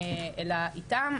אלא איתן,